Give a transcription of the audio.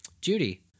Judy